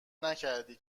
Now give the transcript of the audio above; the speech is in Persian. نکردی